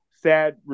sad